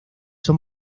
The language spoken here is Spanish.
son